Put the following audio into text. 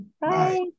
Bye